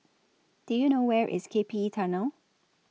Do YOU know Where IS K P E Tunnel